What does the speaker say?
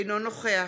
אינו נוכח